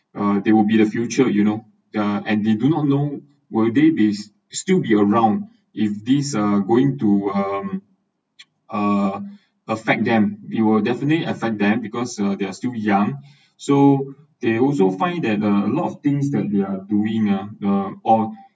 uh they will be the future you know ya and they do not know will they is still be around if these uh going to um uh affect them it will definitely affect them because uh they're still young so they also find that uh a lot of things that they're doing ah uh or